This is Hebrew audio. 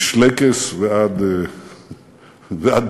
משלייקעס ועד בכלל.